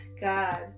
God